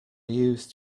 used